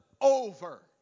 Over